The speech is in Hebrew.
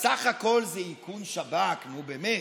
בסך הכול זה איכון שב"כ, נו, באמת,